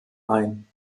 ein